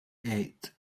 eight